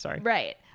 Right